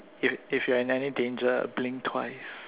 if if you're in any danger blink twice